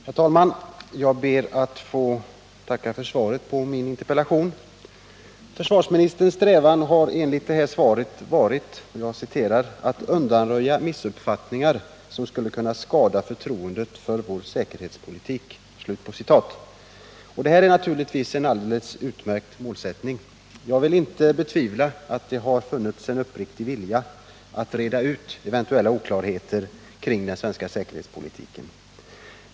Herr talman! Jag ber att få tacka för svaret på min interpellation. Försvarsministerns strävan har enligt svaret varit att ”undanröja missuppfattningar som skulle kunna skada förtroendet för vår säkerhetspolitik”. Detta är naturligtvis en alldeles utmärkt målsättning. Jag vill inte betvivla att försvarsministern har haft en uppriktig vilja att reda ut eventuella oklarheter kring den svenska säkerhetspolitiken.